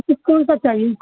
آپ کو کون سا چاہیے